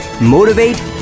Motivate